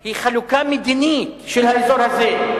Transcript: היא חלוקה מדינית של האזור הזה,